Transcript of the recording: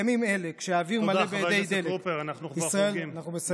תודה, חבר הכנסת טרופר, אנחנו כבר חורגים.